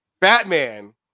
batman